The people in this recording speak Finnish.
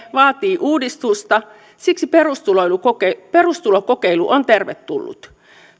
vaatii uudistusta siksi perustulokokeilu perustulokokeilu on tervetullut